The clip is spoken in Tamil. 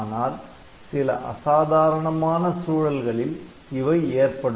ஆனால் சில அசாதாரணமான சூழல்களில் இவை ஏற்படும்